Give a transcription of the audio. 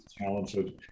talented